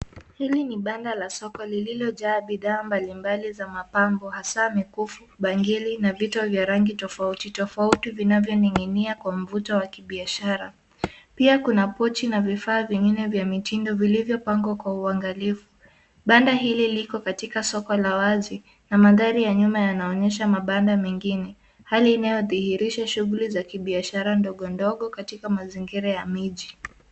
Hili ni banda la soko lililojaa bidhaa mbalimbali za mapambo, hasa mikufu, bangili na vitu vya rangi tofautitofauti vinavyoning'inia kwa mvuto wa kibiashara. Pia kuna pochi na vifaa vingine vya mitindo vilivyopangwa kwa uangalifu. Banda hili liko katika soko la wazi na mandhari ya nyuma yanaonesha bandaa mengine. Hali inayodhihirisha shughuli za kibiashara ndogondogo katika mazingira ya miji.